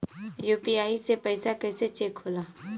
UPI से पैसा कैसे चेक होला?